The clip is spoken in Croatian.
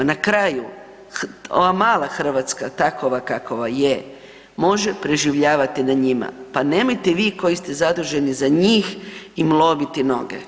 Na kraju, ova mala Hrvatska takva kakva je može preživljavati na njima pa nemojte vi koji ste zaduženi za njih im lomiti noge.